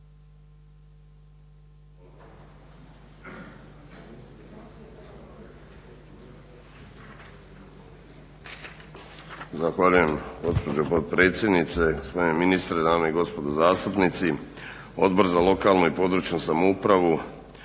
Zahvaljujem gospođo potpredsjednice, gospodine ministre, dame i gospodo zastupnici. Odbor za lokalnu i područnu samoupravu